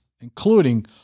including